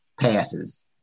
passes